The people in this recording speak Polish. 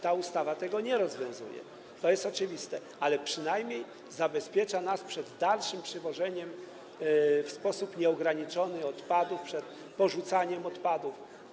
Ta ustawa tego nie rozwiązuje, to jest oczywiste, ale przynajmniej zabezpiecza nas przed dalszym przywożeniem w sposób nieograniczony odpadów, przed porzucaniem odpadów.